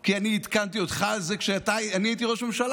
כי אני עדכנתי אותך על זה כשאני הייתי ראש ממשלה,